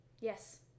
Yes